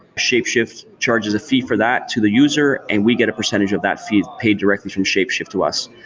shapeshift charges a fee for that to the user and we get a percentage of that fee paid directly from shapeshift to us.